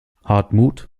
hartmut